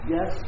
Yes